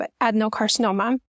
adenocarcinoma